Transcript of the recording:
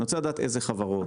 אני רוצה לדעת איזה חברות,